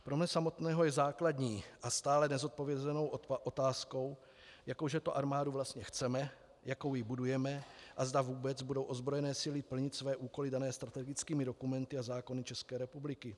Pro mne samotného je základní a stále nezodpovězenou otázkou, jakou že to armádu vlastně chceme, jakou ji budujeme a zda vůbec budou ozbrojené síly plnit své úkoly dané strategickými dokumenty a zákony České republiky.